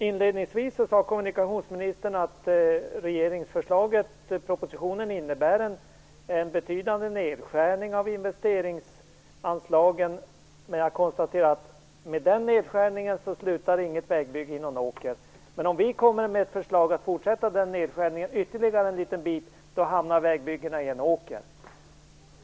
Inledningsvis sade kommunikationsministern att regeringsförslaget innebär en betydande nedskärning av investeringsanslagen, men jag konstaterar att med den nedskärningen slutar inget vägbygge i någon åker. Men om vi föreslår att fortsätta nedskärningen ytterligare en liten bit hamnar vägbyggena i en åker.